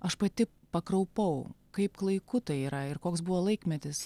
aš pati pakraupau kaip klaiku tai yra ir koks buvo laikmetis